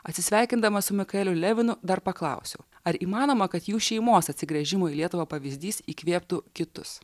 atsisveikindama su mikaeliu levinu dar paklausiau ar įmanoma kad jų šeimos atsigręžimo į lietuvą pavyzdys įkvėptų kitus